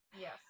yes